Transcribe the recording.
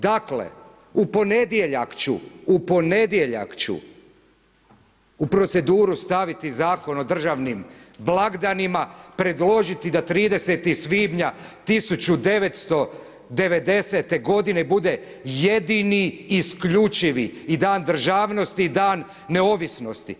Dakle, u ponedjeljak ću, u ponedjeljak ću u proceduru staviti zakon o državnim blagdanima, predložiti da 30. svibnja 1990. godine bude jedini isključivi i dan državnosti i dan neovisnosti.